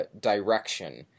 direction